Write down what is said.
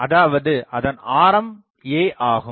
அதாவது அதன் ஆரம் a ஆகும்